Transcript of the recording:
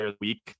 week